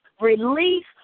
release